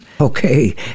Okay